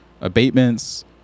abatements